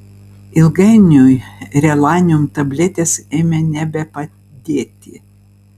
ilgainiui relanium tabletės ėmė nebepadėti